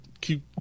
Keep